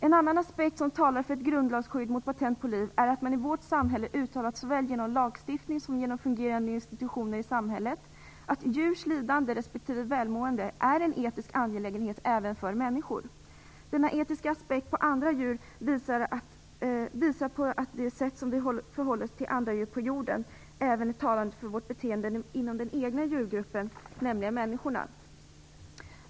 En annan aspekt som talar för ett grundlagsskydd mot patent på liv är att man i vårt samhälle uttalat såväl genom lagstiftning som genom fungerande institutioner i samhället att djurs lidande respektive välmående är en etisk angelägenhet även för människor. Denna etiska aspekt på andra djur visar på att det sätt som vi förhåller oss till andra djur på jorden även är talande för vårt beteende inom den egna djurgruppen, nämligen människorna.